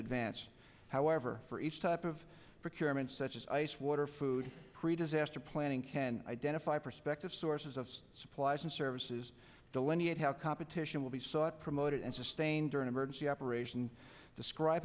advance however for each type of procurement such as ice water food pre disaster planning can identify prospective sources of supplies and services delineate how competition will be sought promoted and sustained during emergency operation describe